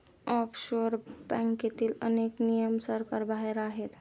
offshore बँकेतील अनेक नियम सरकारबाहेर आहेत